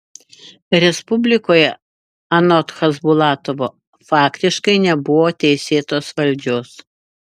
respublikoje anot chasbulatovo faktiškai nebuvo teisėtos valdžios